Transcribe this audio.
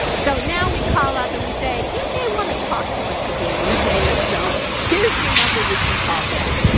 so, now we call up and we say, you may wanna talk to us again in a day or so, here's the number you can call back.